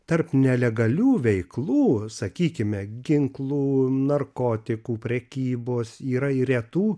tarp nelegalių veiklų sakykime ginklų narkotikų prekybos yra ir retų